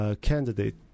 candidate